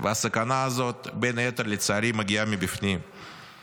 והסכנה הזאת בין היתר מגיעה מבפנים, לצערי.